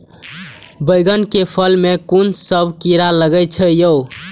बैंगन के फल में कुन सब कीरा लगै छै यो?